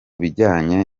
bijyanye